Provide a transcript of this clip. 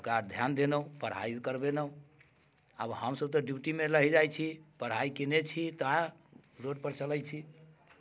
ओकरा ध्यान देलहुँ पढ़ाइ करबेलहुँ आब हमसभ तऽ ड्यूटीमे रहि जाइत छी पढ़ाइ कयने छी तै रोड पर चलैत छी